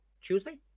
Tuesday